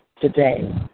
today